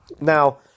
Now